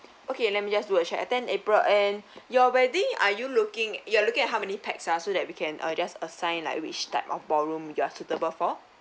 okay let me just do a check attend april and your wedding are you looking you are looking at how many pax ah so that we can uh just assign like which type of ballroom you are suitable for